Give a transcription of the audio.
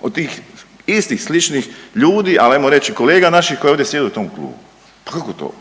od tih istih, sličnih ljudi, ali hajmo reći i kolega naših koji ovdje sjede u tom klubu. Pa kako to.